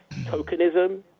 tokenism